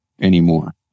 anymore